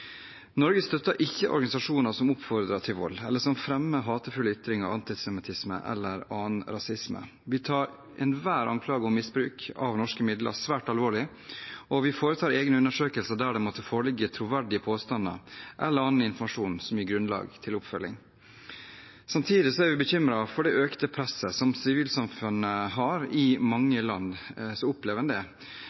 Norge støtter ikke organisasjoner som oppfordrer til vold, eller som fremmer hatefulle ytringer, antisemittisme eller annen rasisme. Vi tar enhver anklage om misbruk av norske midler svært alvorlig, og vi foretar egne undersøkelser der det måtte foreligge troverdige påstander eller annen informasjon som gir grunnlag for oppfølging. Samtidig er vi bekymret for det økte presset som sivilsamfunnet i mange land opplever,